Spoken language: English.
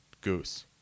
goose